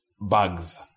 bugs